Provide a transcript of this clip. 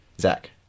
Zach